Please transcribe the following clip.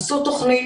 עשו תוכנית.